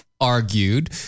argued